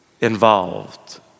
involved